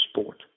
sport